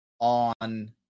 on